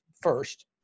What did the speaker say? first